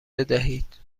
بدهید